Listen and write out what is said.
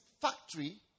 factory